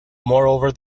moreover